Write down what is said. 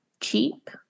cheap